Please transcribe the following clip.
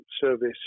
service